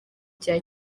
cya